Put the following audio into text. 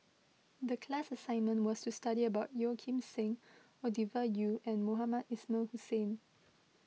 the class assignment was to study about Yeo Kim Seng Ovidia Yu and Mohamed Ismail Hussain